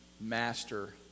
master